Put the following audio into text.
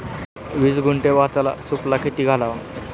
वीस गुंठे भाताला सुफला किती घालावा?